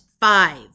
five